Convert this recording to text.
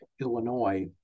Illinois